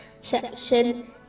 section